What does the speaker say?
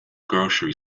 grocery